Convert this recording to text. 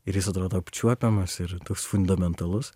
ir jis atrodo apčiuopiamas ir toks fundamentalus